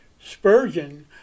Spurgeon